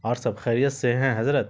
اور سب خیریت سے ہیں حضرت